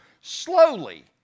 slowly